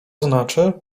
znaczy